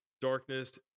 Darkness